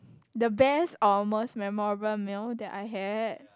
the best or most memorable meal that I had